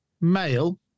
male